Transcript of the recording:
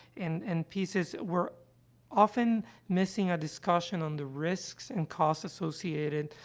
and and pieces, were often missing a discussion on the risks and costs associated,